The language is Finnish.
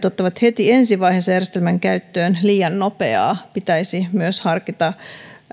ottavat heti ensi vaiheessa järjestelmän käyttöön liian nopeaa pitäisi myös harkita